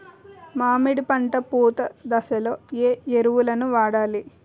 మామిడి పంట పూత దశలో ఏ ఎరువులను వాడాలి?